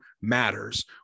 matters